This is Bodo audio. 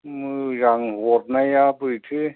मोजां हरनाया बोरैथो